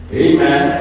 amen